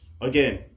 again